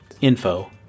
Info